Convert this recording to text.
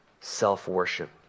self-worship